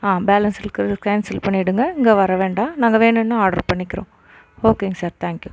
ஆம் பேலன்ஸ் இருக்கிறத கேன்சல் பண்ணிவிடுங்க இங்கே வர வேண்டாம் நாங்கள் வேணுன்னால் ஆர்டரு பண்ணிக்கிறோம் ஓகேங்க சார் தேங்க் யூ